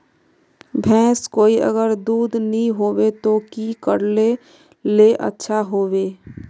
भैंस कोई अगर दूध नि होबे तो की करले ले अच्छा होवे?